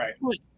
Right